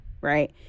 right